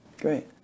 Great